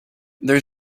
there